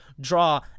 draw